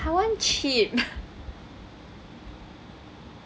I want cheap